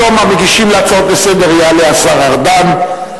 בתום המגישים הצעות לסדר-היום יעלה השר ארדן,